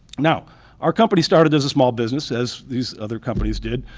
now our company started as a small business as these other companies did,